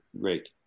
great